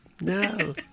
No